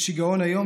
"שיגעון היום",